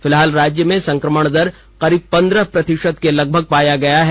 फिलहाल राज्य में संक्रमण दर करीब पंद्रह प्रतिशत के लगभग पाया गया है